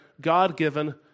God-given